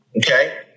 Okay